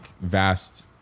vast